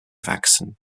vaccine